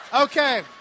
Okay